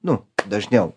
nu dažniau